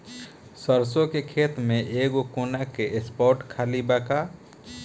सरसों के खेत में एगो कोना के स्पॉट खाली बा का?